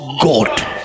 God